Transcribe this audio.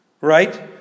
Right